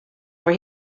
over